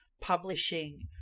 publishing